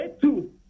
two